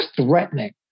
threatening